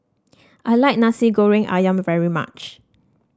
I like Nasi Goreng ayam very much